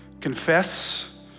Confess